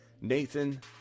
Nathan